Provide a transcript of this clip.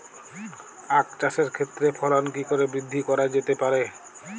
আক চাষের ক্ষেত্রে ফলন কি করে বৃদ্ধি করা যেতে পারে?